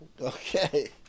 Okay